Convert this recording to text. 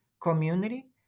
community